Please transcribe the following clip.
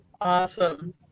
Awesome